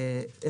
למשל,